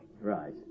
Right